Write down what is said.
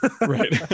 right